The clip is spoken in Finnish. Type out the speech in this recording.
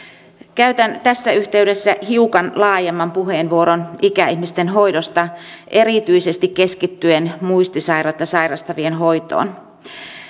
käytän tässä yhteydessä hiukan laajemman puheenvuoron ikäihmisten hoidosta erityisesti keskittyen muistisairautta sairastavien hoitoon